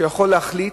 שיכול להחליט.